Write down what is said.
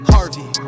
Harvey